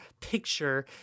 picture